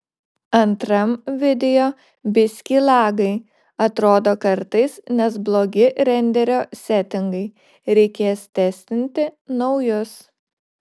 antram video biskį lagai atrodo kartais nes blogi renderio setingai reikės testinti naujus